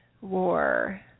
war